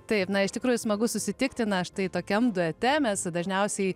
taip na iš tikrųjų smagu susitikti na štai tokiam duete mes dažniausiai